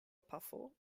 pafo